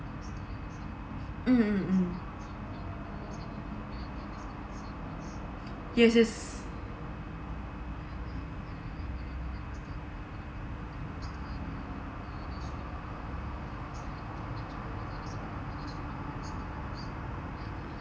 mm mm mm yes yes